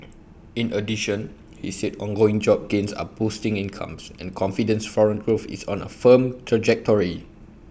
in addition he said ongoing job gains are boosting incomes and confidence foreign growth is on A firm trajectory